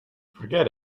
forget